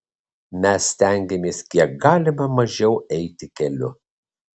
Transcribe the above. mes stengiamės kiek galima mažiau eiti keliu